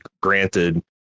granted